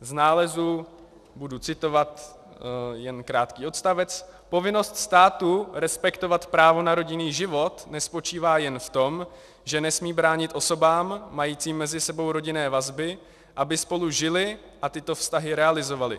Z nálezu budu citovat jen krátký odstavec: Povinnost státu respektovat právo na rodinný život nespočívá jen v tom, že nesmí bránit osobám majícím mezi sebou rodinné vazby, aby spolu žily a tyto vztahy realizovaly.